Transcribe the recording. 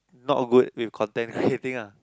not good with content creating ah